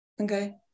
okay